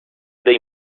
dei